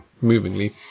movingly